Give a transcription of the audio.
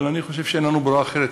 אבל אני חושב שאין לנו ברירה אחרת.